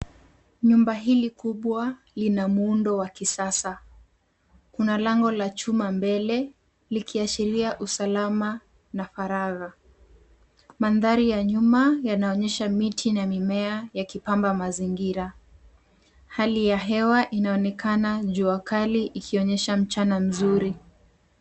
Nyumba hili kubwa lina muundo wa kisasa. Kuna lango la chuma mbele likiashiria usalama na faragha. Mandhari ya nyuma yanaonyesha miti na mimea yakipamba mazingira. Hali ya hewa inaonekana jua kali ikionyesha mchana mzuri.